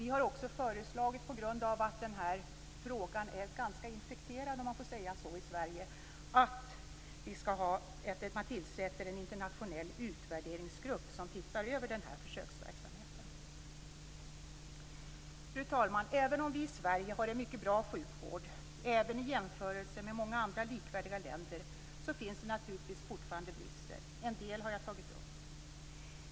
Vi har också, på grund av att den här frågan är ganska infekterad - om man får säga så - i Sverige, föreslagit att man tillsätter en internationell utvärderingsgrupp som ser över den här försöksverksamheten. Fru talman! Även om vi i Sverige har en mycket bra sjukvård, också i jämförelse med många andra likvärdiga länder, finns det naturligtvis fortfarande brister. En del har jag tagit upp.